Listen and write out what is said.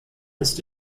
ist